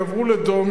יעברו לדום,